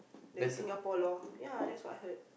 than Singapore loh yeah that's what I heard